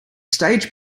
stage